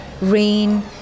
rain